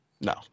No